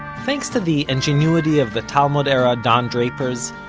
thanks to the ingenuity of the talmud-era don drapers,